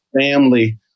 family